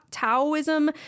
Taoism